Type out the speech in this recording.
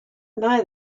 now